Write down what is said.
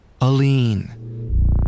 Aline